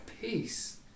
peace